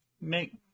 Make